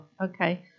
Okay